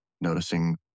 noticing